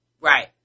Right